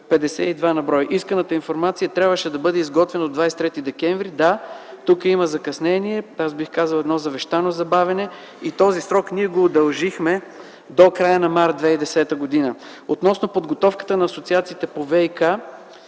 52 на брой. Исканата информация трябваше да бъде изготвена до 23 декември. Да, тук има закъснение, а аз бих казал, едно завещано забавяне и този срок ние го удължихме до края на м. март 2010 г. Относно подготовката на асоциациите по ВиК.